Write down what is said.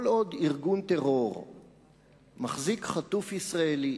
כל עוד ארגון טרור מחזיק חטוף ישראלי,